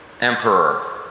emperor